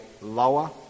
lower